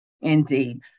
Indeed